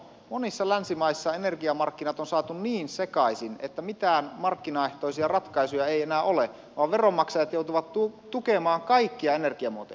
monissa länsimaissa energiamarkkinat on saatu niin sekaisin että mitään markkinaehtoisia ratkaisuja ei enää ole vaan veronmaksajat joutuvat tukemaan kaikkia energiamuotoja